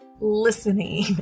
Listening